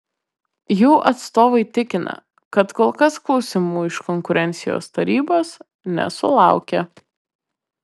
jų atstovai tikina kad kol kas klausimų iš konkurencijos tarybos nesulaukė